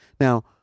Now